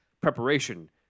Preparation